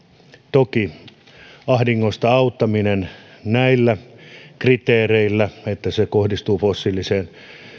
toki ahdingosta auttamista näillä kriteereillä että se kohdistuu fossiiliseen